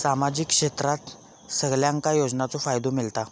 सामाजिक क्षेत्रात सगल्यांका योजनाचो फायदो मेलता?